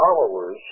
followers